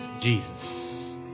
Jesus